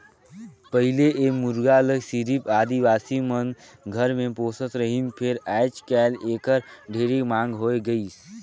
पहिले ए मुरगा ल सिरिफ आदिवासी मन घर मे पोसत रहिन फेर आयज कायल एखर ढेरे मांग होय गइसे